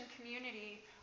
community